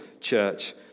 church